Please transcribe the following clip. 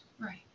right